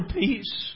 peace